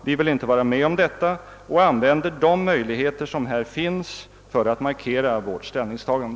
Vi vill inte vara med om detta och använder de möjligheter som här finns att markera vårt ställningstagande.